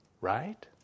Right